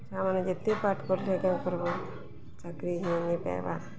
ଛୁଆମାନେ ଯେତେ ପାଠ୍ ପଢ଼୍ଲେ କାଁ କର୍ବ ଚାକିରି ହିଁ ନି ପଏବାର୍